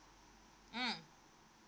mm